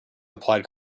applied